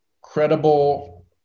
credible